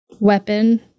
weapon